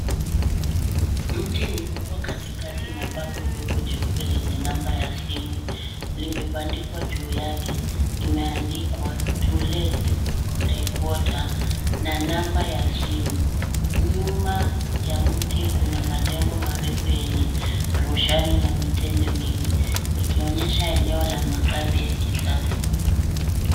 Mti mkubwa katikati na bango dogo jeupe lenye number ya simu na limebandikwa juu yake, imeandikwa "to let 3\4" na nambari ya simu. Nyuma ya mti kuna majengo marefu yenye maroshi na Mitende mingi ikionyesha oneo la makazi ya kisasa.